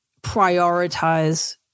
prioritize